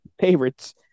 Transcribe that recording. favorites